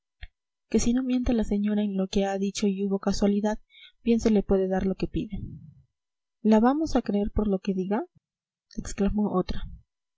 que si no miente la señora en lo que ha dicho y hubo casualidad bien se le puede dar lo que pide la vamos a creer por lo que diga exclamó otra